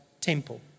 temple